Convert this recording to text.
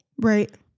Right